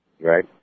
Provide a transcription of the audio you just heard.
Right